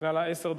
מקנה לה עשר דקות,